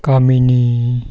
कमिनी